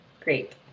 great